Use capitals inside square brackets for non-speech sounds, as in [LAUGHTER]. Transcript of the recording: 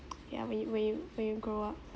[NOISE] ya when you when you when you grow up